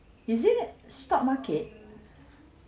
is it stock market